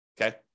Okay